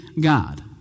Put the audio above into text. God